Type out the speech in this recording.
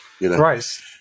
Right